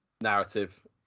narrative